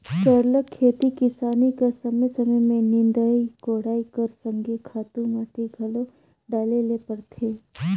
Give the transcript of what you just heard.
सरलग खेती किसानी कर समे समे में निंदई कोड़ई कर संघे खातू माटी घलो डाले ले परथे